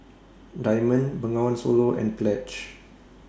Diamond Bengawan Solo and Pledge